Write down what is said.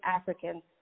Africans